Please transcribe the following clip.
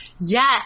Yes